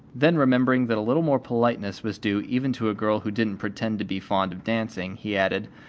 then remembering that a little more politeness was due even to a girl who didn't pretend to be fond of dancing, he added,